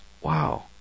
wow